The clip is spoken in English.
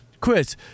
Chris